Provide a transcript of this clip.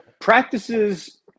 practices